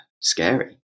scary